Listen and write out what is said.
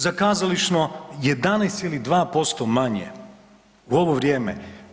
Za kazališno 11,2% manje u ovo vrijeme.